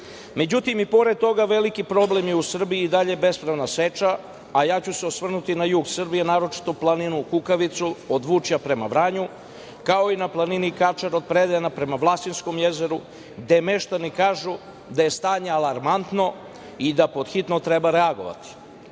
i pored toga veliki problem je u Srbiji i dalje bespravna seča, a ja ću se osvrnuti na jug Srbije, naročito planinu Kukavicu od Vučja prema Vranju, kao i na planini Kačar od Predajena prema Vlasinskog jezeru, gde meštani kažu da je stanje alarmantno i da podhitno treba reagovati.